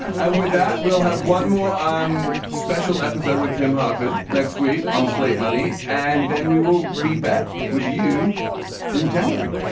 and with that, we'll have one more um special episode with tim harford next week on slate money. and then we will be back with you in january.